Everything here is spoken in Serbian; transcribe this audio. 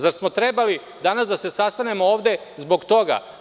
Zar smo trebali danas da se sastanemo ovde zbog toga?